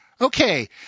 Okay